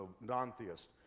non-theist